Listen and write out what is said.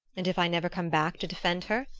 and if i never come back to defend her?